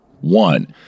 One